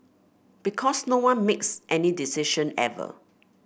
because no one makes any decision ever